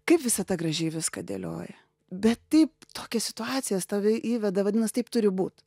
kaip visata gražiai viską dėlioja bet taip tokias situacijas tave įveda vadinas taip turi būt